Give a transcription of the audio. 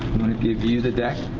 give you the deck.